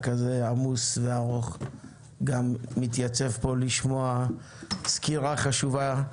כזה ארוך ועמוס גם מתייצב פה לשמוע סקירה חשובה,